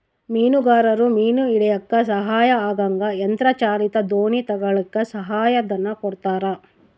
ಮೀನುಗಾರರು ಮೀನು ಹಿಡಿಯಕ್ಕ ಸಹಾಯ ಆಗಂಗ ಯಂತ್ರ ಚಾಲಿತ ದೋಣಿ ತಗಳಕ್ಕ ಸಹಾಯ ಧನ ಕೊಡ್ತಾರ